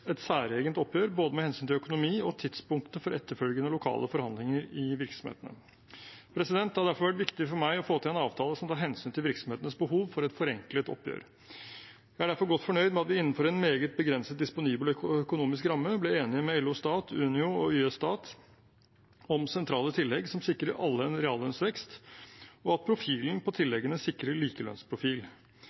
et særegent oppgjør både med hensyn til økonomi og tidspunktet for etterfølgende lokale forhandlinger i virksomhetene. Det har derfor vært viktig for meg å få til en avtale som tar hensyn til virksomhetenes behov for et forenklet oppgjør. Jeg er derfor godt fornøyd med at vi innenfor en meget begrenset disponibel økonomisk ramme ble enige med LO Stat, Unio og YS Stat om sentrale tillegg som sikrer alle en reallønnsvekst, og at tilleggene sikrer likelønnsprofil.